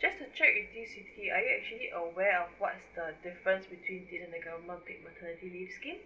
just to check with you siti are you actually aware of what's the different between within government paid maternity leave scheme